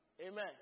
Amen